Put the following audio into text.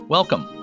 Welcome